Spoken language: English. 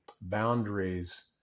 boundaries